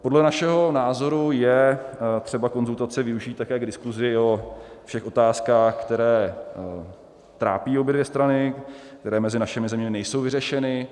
Podle našeho názoru je třeba konzultace využít také k diskusi o všech otázkách, které trápí obě dvě strany, které mezi našimi zeměmi nejsou vyřešeny.